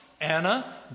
Anna